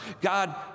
God